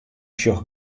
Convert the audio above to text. sjoch